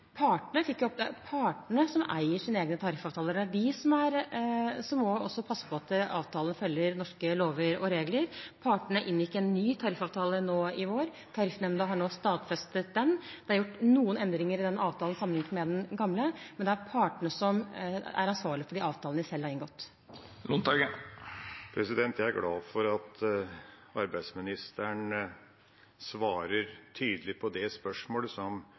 partene som eier sine egne tariffavtaler. Det er de som må passe på at avtalene følger norske lover og regler. Partene inngikk en ny tariffavtale i vår. Tariffnemnda har stadfestet den. Det er gjort noen endringer i den avtalen sammenlignet med den gamle, men det er partene som er ansvarlige for de avtalene de selv har inngått. Jeg er glad for at arbeidsministeren svarer tydelig på det